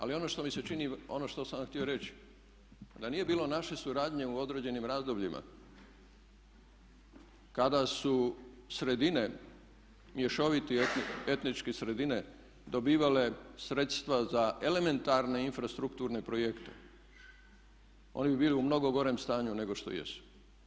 Ali ono što mi se čini, ono što sam vam htio reći da nije bilo naše suradnje u određenim razdobljima kada su sredine, mješovite etničke sredine dobivale sredstva za elementarne infrastrukturne projekte oni bi bili u mnogo gorem stanju nego što jesu.